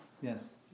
Yes